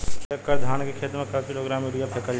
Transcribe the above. एक एकड़ धान के खेत में क किलोग्राम यूरिया फैकल जाई?